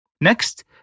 Next